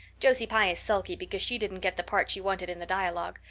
josie pye is sulky because she didn't get the part she wanted in the dialogue.